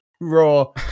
Raw